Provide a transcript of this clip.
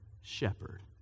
shepherd